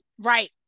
Right